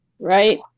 right